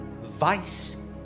vice